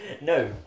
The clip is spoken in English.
No